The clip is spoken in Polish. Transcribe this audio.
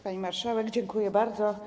Pani marszałek, dziękuję bardzo.